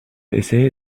essayé